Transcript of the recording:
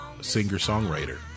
Singer-songwriter